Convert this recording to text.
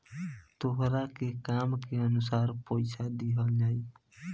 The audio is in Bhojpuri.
तहरा के काम के अनुसार पइसा दिहल जाइ